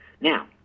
Now